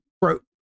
broke